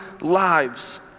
lives